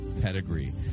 pedigree